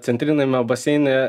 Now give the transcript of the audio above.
centriniame baseine